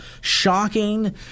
shocking